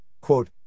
quote